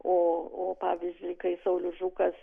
o o pavyzdžiui kai saulius žukas